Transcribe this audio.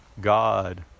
God